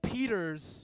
Peter's